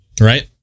Right